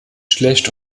schlecht